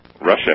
Russia